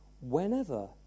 Whenever